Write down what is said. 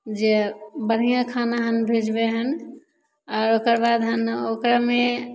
जे बढ़िआँ खाना हँ भेजबै हँ आओर ओकर बाद हँ ओकरामे